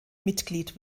mitglied